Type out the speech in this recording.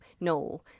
No